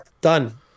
Done